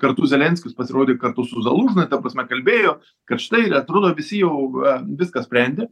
kartu zelenskis pasirodė kartu su zalūžni ta prasme kalbėjo kad štai ir atrodo visi jau viską sprendė